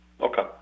okay